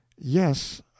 yes